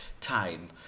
time